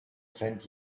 trennt